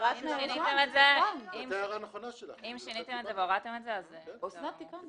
אם שיניתם והורדתם את זה, בסדר.